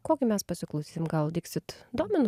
kokį mes pasiklausysim gal dixit dominus